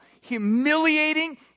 humiliating